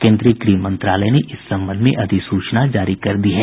केंद्रीय गृह मंत्रालय ने इस संबंध में अधिसूचना जारी कर दी है